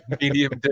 Medium